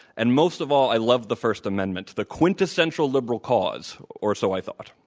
and most of all, i loved the first amendment, the quintessential liberal cause or so i thought.